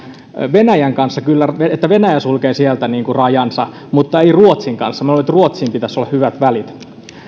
venäjän kanssa että venäjä sulkee sieltä rajansa mutta ei ruotsin kanssa minä luulin että ruotsiin pitäisi olla hyvät välit